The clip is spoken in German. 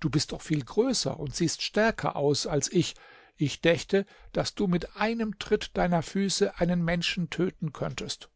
du bist doch viel größer und siehst stärker aus als ich ich dächte daß du mit einem tritt deiner füße einen menschen töten könntest